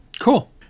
Cool